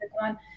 one